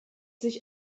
sich